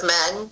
men